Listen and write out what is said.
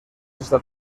está